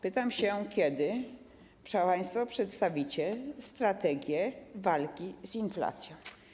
Pytam się, kiedy państwo przedstawicie strategię walki z inflacją.